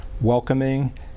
welcoming